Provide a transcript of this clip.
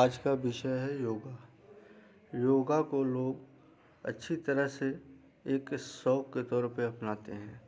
आज का विषय है योग योग को लोग अच्छी तरह से एक शौक के तौर पर अपनाते हैं